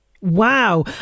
Wow